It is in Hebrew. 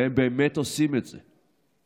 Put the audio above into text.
והם באמת עושים את זה.